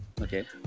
Okay